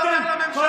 לא עובר לממשלה.